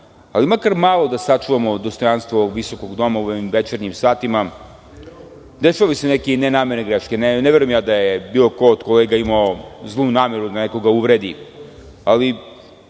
ali makar malo da sačuvamo dostojanstvo ovog visokog doma u ovim večernjim satima.Dešavaju se neke nenamerne greške. Ne verujem da je bilo ko od kolega imao zlu nameru da nekoga uvredi,